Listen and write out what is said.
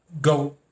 go